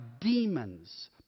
demons